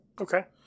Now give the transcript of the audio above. Okay